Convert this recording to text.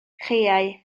chaeau